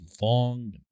long